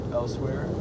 elsewhere